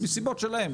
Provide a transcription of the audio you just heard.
מסיבות שלהם,